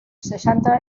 seixanta